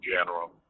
general